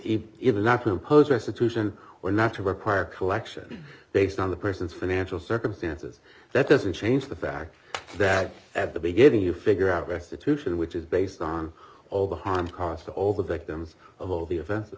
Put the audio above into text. after impose restitution or not to require collection based on the person's financial circumstances that doesn't change the fact that at the beginning you figure out restitution which is based on all the harm caused to all the victims of all the